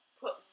put